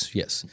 yes